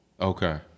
Okay